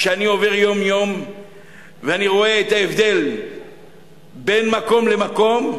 כשאני עובר יום-יום ורואה את ההבדל בין מקום למקום,